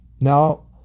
now